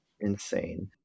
insane